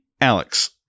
Alex